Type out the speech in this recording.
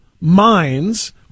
minds